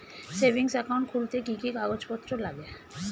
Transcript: Savings account খুলতে কি কি কাগজপত্র লাগে?